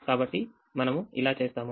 కాబట్టి మనము ఇలా చేస్తాము